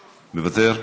מוותר?